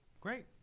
great.